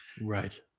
Right